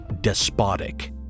despotic